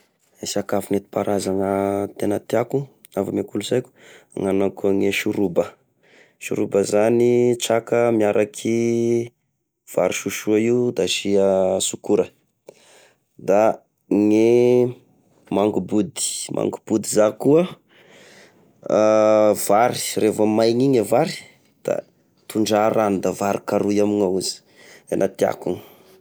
E sakafo nentim-paharazana tena tiako avy me kolonsaiko, magnano akone soroba! soraba zany traka miaraka vary sosoa io da asia sokora; da gne mangobody, mangobody za koa vary revô maina igny e vary da tondraha rano da voarokaroy amignao izy. Tena tiako io.